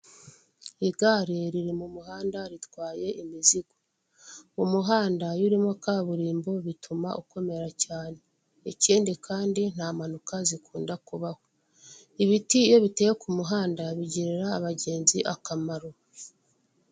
Igare riri m'umuhanda ritwaye umuzigo, umuhanda iyo urimo kaburimbo bituma ukomera cyane ikindi kandi ntamanuka zikunda kubaho, ibiti iyo biteye k'umuhanda bigirira abagenzi akamaro.